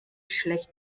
schlecht